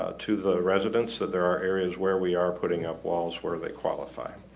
ah to the residents that there are areas where we are putting up walls where they qualify